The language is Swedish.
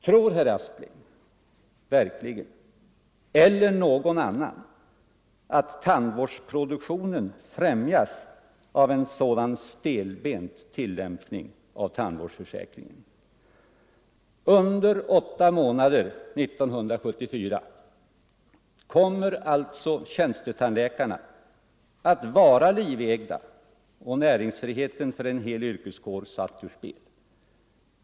Torsdagen den Tror verkligen herr Aspling, eller någon annan, att tandvårdsproduk 21 november 1974 tionen främjas av en sådan stelbent tillämpning av tandvårdsförsäkring= so en? Under åtta månader 1974 kommer alltså tjänstetandläkarna att vara - Om upphävande av livegna och näringsfriheten för en hel yrkeskår satt ur spel.